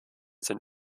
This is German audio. sind